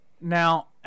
Now